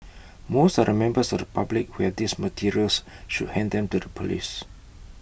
most of the members of the public who have these materials should hand them to the Police